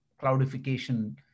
cloudification